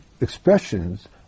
expressions